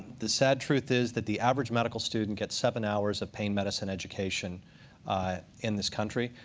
the sad truth is that the average medical student gets seven hours of pain medicine education in this country.